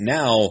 now